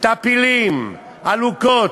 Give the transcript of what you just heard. "טפילים", "עלוקות".